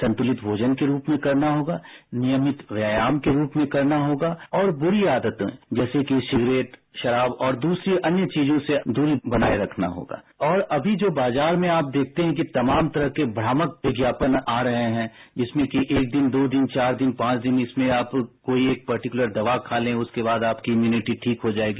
संतुलित भोजन के रूप में करना होगा नियमित व्यायाम के रूप में करना होगा और ब्री आदतों जैसे कि सिगरेट शराब और दूसरी अन्य चीजों से दूरी बनाए रखना होगा और अभी जो बाजार में आप देखते हैं कि तमाम तरह के भ्रामक विज्ञापन आ रहे हैं जिसमें कि एक दिन दो दिन चार दिन पांच दिन इसमें आप कोई एक पर्टिक्लर दवा खा लें उसके बाद आपकी इम्प्रनिटी ठीक हो जाएगी